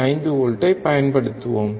5 வோல்ட்ஐ பயன்படுத்துவோம்